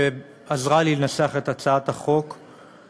שעזרה לי לנסח את הצעת החוק.